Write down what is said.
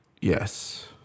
Yes